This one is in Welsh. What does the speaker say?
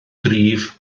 gryf